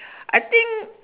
I think